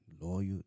loyal